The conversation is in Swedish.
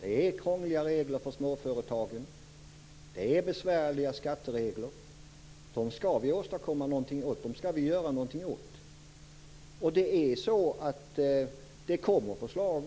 Det är krångliga regler för småföretagen. Det är besvärliga skatteregler. Dem skall vi göra någonting åt. Det kommer förslag.